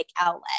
outlet